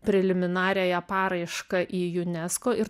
preliminariąją paraišką į unesco ir